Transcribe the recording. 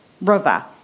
river